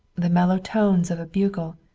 the mellow tones of a bugle,